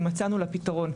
ומצאנו לה פתרון.